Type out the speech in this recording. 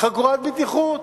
חגורת בטיחות.